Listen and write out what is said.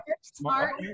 smart